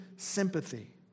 Sympathy